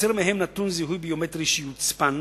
וייווצר מהם נתון זיהוי ביומטרי שיוצפן,